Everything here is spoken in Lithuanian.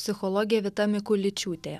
psichologė vita mikuličiūtė